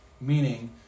Meaning